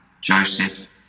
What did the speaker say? Joseph